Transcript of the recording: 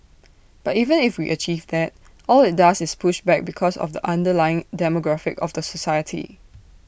but even if we achieve that all IT does is push back because of the underlying demographic of the society